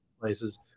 places